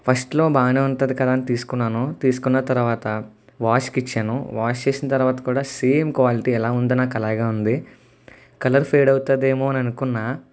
ఫస్ట్లో బాగానే ఉంటుంది కదా అని తీసుకున్నాను తీసుకున్న తర్వాత వాష్కి ఇచ్చాను వాష్ చేసిన తర్వాత కూడా సేమ్ క్వాలిటీ ఎలా ఉందో నాకు అలాగే ఉంది కలర్ ఫేడ్ అవుతుంది ఏమో అని అనుకున్నాను